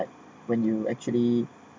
when you actually